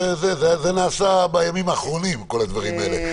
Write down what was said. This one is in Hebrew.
זה נעשה בימים האחרונים, כל הדברים האלה.